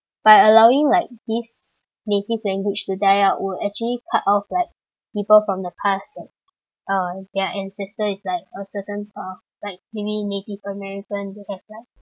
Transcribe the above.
by allowing like this native language to die out would actually cut off like people from the past like uh their ancestor it's like a certain part of like maybe native americans etcetera